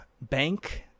Bank